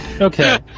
Okay